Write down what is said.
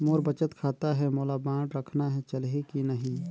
मोर बचत खाता है मोला बांड रखना है चलही की नहीं?